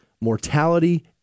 mortality